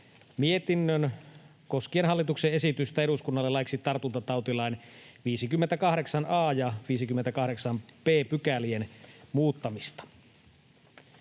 mietinnön koskien hallituksen esitystä eduskunnalle laiksi tartuntatautilain 58 a ja 58 b §:ien muuttamisesta.